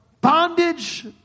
bondage